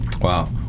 Wow